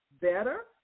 Better